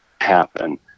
happen